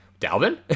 Dalvin